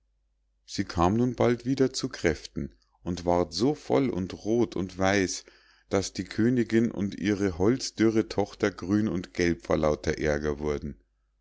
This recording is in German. sie kam nun bald wieder zu kräften und ward so voll und roth und weiß daß die königinn und ihre holzdürre tochter grün und gelb vor lauter ärger wurden